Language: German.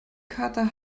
kater